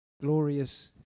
glorious